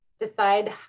decide